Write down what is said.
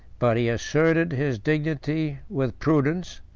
but he asserted his dignity with prudence,